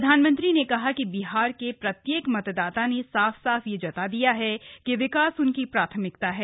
प्रधानमंत्री ने कहा कि बिहार के प्रत्येक मतदाता ने साफ साफ यह जता दिया है कि विकास उनकी प्राथमिकता है